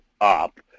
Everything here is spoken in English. up